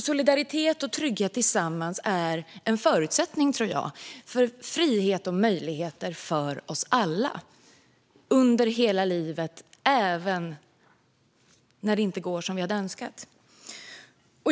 Solidaritet och trygghet tillsammans är en förutsättning, tror jag, för frihet och möjligheter för oss alla under hela livet, även när det inte går som vi hade önskat.